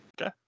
Okay